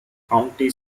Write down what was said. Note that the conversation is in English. county